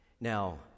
Now